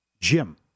Jim